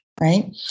right